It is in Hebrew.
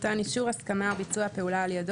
מתן אישור הסכמה לביצוע פעולה על ידו